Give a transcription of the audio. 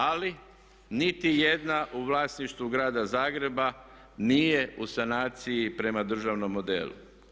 Ali, nitijedna u vlasništvu Grada Zagreba nije u sanaciji prema državnom modelu.